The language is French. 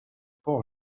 port